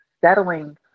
settling